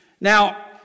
Now